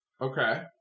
Okay